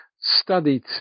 studied